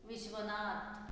Vishwanath